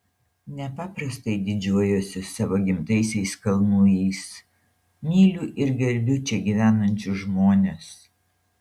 nepaprastai didžiuojuosi savo gimtaisiais kalnujais myliu ir gerbiu čia gyvenančius žmones